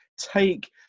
Take